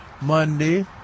Monday